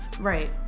right